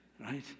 right